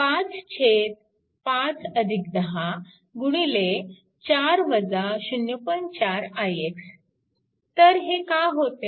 तर हे का होते